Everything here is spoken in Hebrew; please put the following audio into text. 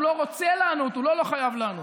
הוא לא רוצה לענות, הוא לא לא חייב לענות.